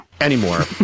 anymore